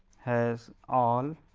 has all